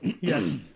Yes